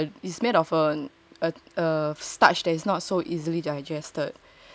ya it's made of a is made of err err err starch that is not so easily digested